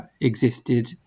existed